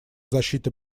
защиты